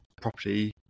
property